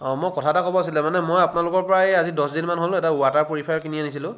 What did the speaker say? মই কথা এটা ক'ব আছিলে মানে মই আপোনালোকৰপৰা এই দহদিনমান হ'ল এটা ৱাটাৰ পিউৰিফায়াৰ কিনি আনিছিলোঁ